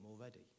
already